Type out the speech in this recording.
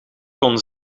kon